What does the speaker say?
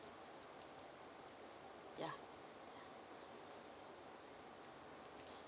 ya